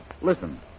Listen